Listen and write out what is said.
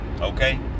Okay